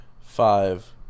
five